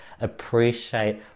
appreciate